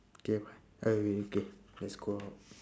okay bye okay let's go out